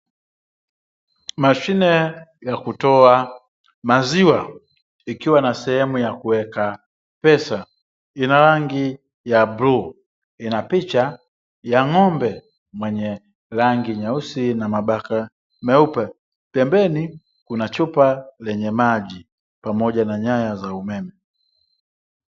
Mashine ya kutoa maziwa ikiwa na sehemu ya kuweka pesa, ina rangi ya bluu ina picha ya ng'ombe mwenye rangi nyeusi na mabaka meupe, pembeni kuna chupa zenye maji pamoja na nyaya za umeme.